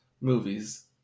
movies